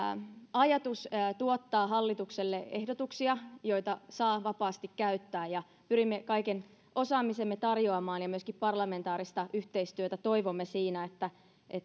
ajatus tuottaa hallitukselle ehdotuksia joita saa vapaasti käyttää pyrimme kaiken osaamisemme tarjoamaan ja myöskin parlamentaarista yhteistyötä toivomme siinä että